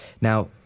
Now